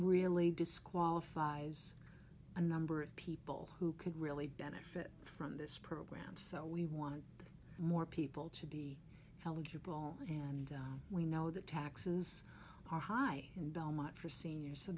really disqualifies a number of people who could really benefit from this program so we want more people to be eligible and we know that taxes are high in belmont for seniors so